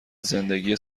زندگی